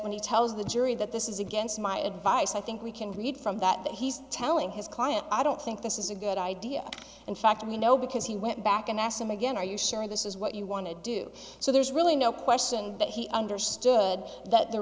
when he tells the jury that this is against my advice i think we can read from that that he's telling his client i don't think this is a good idea in fact you know because he went back and asked him again are you sure this is what you want to do so there's really no question that he understood that the